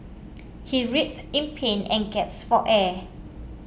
he writhed in pain and gasped for air